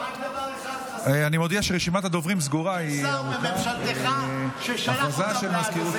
רק דבר אחד חסר: התנצלות של שר בממשלתך ששלח אותם לעזאזל.